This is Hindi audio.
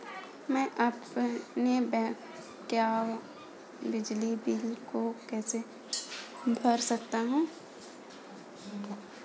मैं अपने बकाया बिजली बिल को कैसे भर सकता हूँ?